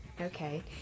Okay